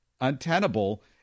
untenable